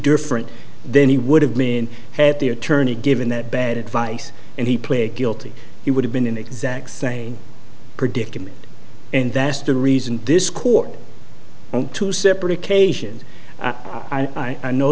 different then he would have been had the attorney given that bad advice and he pled guilty he would have been in the exact same predicament and that's the reason this court on two separate occasions i know